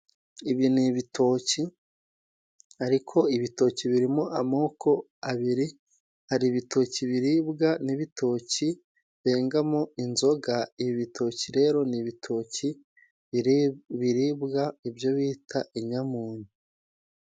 Ibi ni ibitoki ariko ibitoki birimo amoko abiri, hari ibitoki biribwa n'ibitoki bengamo inzoga, ibi bitoki rero ni ibitoki biribwa ibyo bita inyamunyu.